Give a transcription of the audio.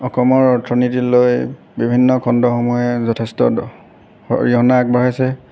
অসমৰ অৰ্থনীতিলৈ বিভিন্ন খণ্ডসমূহে যথেষ্ট অৰিহণা আগবঢ়াইছে